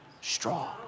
strong